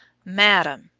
madam,